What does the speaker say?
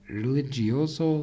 religioso